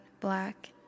black